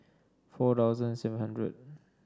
four thousand seven hundred